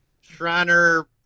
Shriner